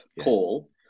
call